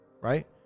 right